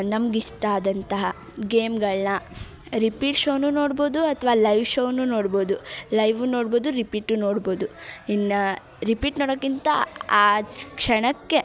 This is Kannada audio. ನಮ್ಗೆ ಇಷ್ಟ ಆದಂತಹ ಗೇಮ್ಗಳನ್ನ ರಿಪೀಟ್ ಶೋನೂ ನೋಡ್ಬೋದು ಅಥ್ವಾ ಲೈವ್ ಶೋನೂ ನೋಡ್ಬೋದು ವೂ ನೋಡ್ಬೋದು ರಿಪೀಟೂ ನೋಡ್ಬೋದು ಇನ್ನು ರಿಪೀಟ್ ನೋಡೋಕ್ಕಿಂತ ಆ ಕ್ಷಣಕ್ಕೆ